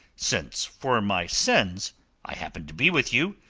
since for my sins i happen to be with you,